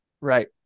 Right